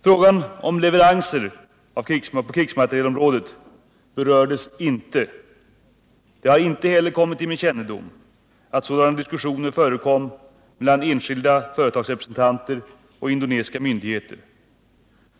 Frågan om leveranser på krigsmaterielområdet berördes inte. Det har inte heller kommit till min kännedom att sådana diskussioner förekom mellan enskilda företagsrepresentanter och indonesiska myndigheter.